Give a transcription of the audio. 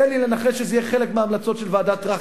תן לי לנחש שזה יהיה חלק מההמלצות של ועדת-טרכטנברג.